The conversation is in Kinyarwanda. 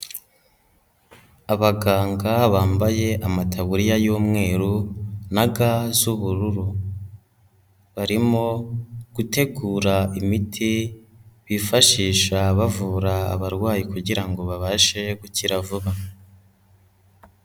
Abaganga bambaye amataburiya y'umweru na ga z'ubururu, barimo gutegura imiti bifashisha bavura abarwayi kugira ngo babashe gukira vuba.